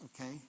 okay